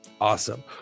Awesome